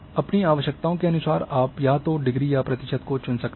अपनी आवश्यकताओं के अनुसार आप या तो डिग्री या प्रतिशत को चुन सकते हैं